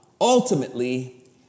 ultimately